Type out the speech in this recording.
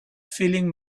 feeling